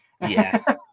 Yes